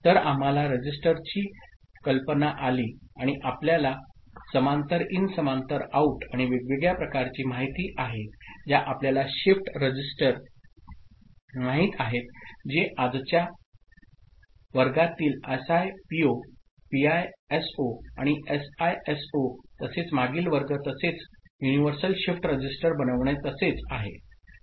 तर आम्हाला रजिस्टरची कल्पना आली आणि आपल्याला समांतर इन समांतर आऊट आणि वेगवेगळ्या प्रकारची माहिती आहे ज्या आपल्याला शिफ्ट रजिस्टर माहित आहेत जे आजच्या वर्गातील एसआयपीओ पीआयएसओ आणि एसआयएसओ तसेच मागील वर्ग तसेच युनिव्हर्सल शिफ्ट रजिस्टर बनविणे तसेच आहे